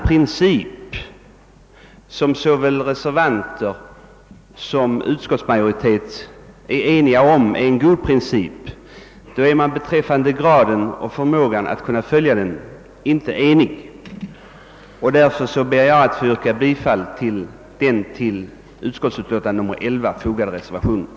Även om såväl reservanter som utskottets majoritet är eniga om att det är en god princip, är man beträffande graden och förmågan att kunna följa denna princip inte enig. Därför ber jag att få yrka bifall till den vid utskottets utlåtande nr 11 fogade reservationen.